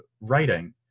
writing